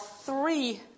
three